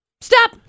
Stop